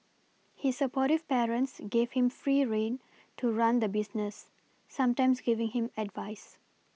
his supportive parents gave him free rein to run the business sometimes giving him advice